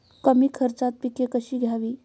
कमी खर्चात पिके कशी घ्यावी?